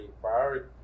priority